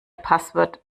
passwort